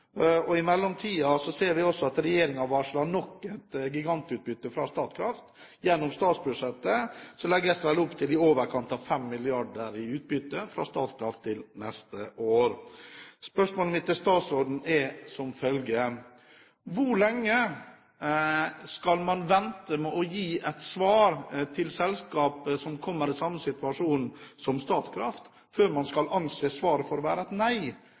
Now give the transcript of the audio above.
I mellomtiden ser vi også at regjeringen gjennom statsbudsjettet varsler nok et gigantutbytte fra Statkraft – det legges opp til i overkant av 5 mrd. kr i utbytte fra Statkraft til neste år. Spørsmålet mitt til statsråden er som følger: Hvor lenge skal man vente med å gi et svar til selskaper som kommer i samme situasjon som Statkraft, før man skal anse svaret for å være et nei?